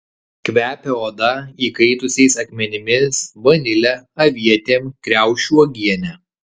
kvepia oda įkaitusiais akmenimis vanile avietėm kriaušių uogiene